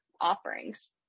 offerings